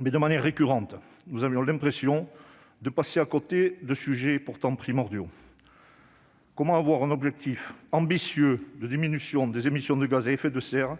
Mais, de manière récurrente, nous avons eu l'impression de passer à côté de sujets primordiaux. Comment fixer un objectif ambitieux de diminution des émissions de gaz à effet de serre